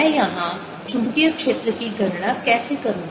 मैं यहाँ चुंबकीय क्षेत्र की गणना कैसे करूँ